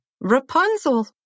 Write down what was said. Rapunzel